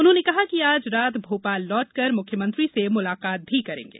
उन्होंने कहा कि आज रात भोपाल लौटकर मुख्यमंत्री से भेंट भी करेंगे